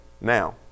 now